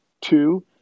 two